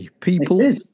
people